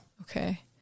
Okay